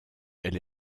elle